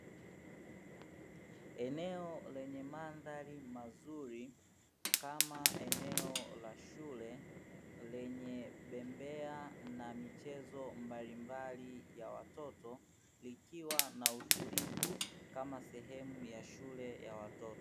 Eneo lenye mandhari mazuri kama eneo la shule; lenye bembea na michezo mbalimbali ya watoto, likiwa na utulivu kama sehemu ya shule ya watoto.